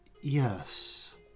Yes